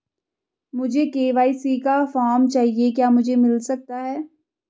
मुझे के.वाई.सी का फॉर्म चाहिए क्या मुझे मिल सकता है?